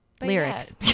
lyrics